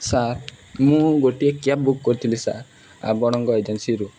sir ମୁଁ ଗୋଟିଏ cab book କରିଥିଲି ସାର୍ ଆପଣଙ୍କ ଏଜେନ୍ସିରୁ